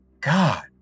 God